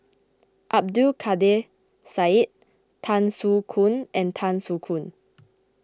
Abdul Kadir Syed Tan Soo Khoon and Tan Soo Khoon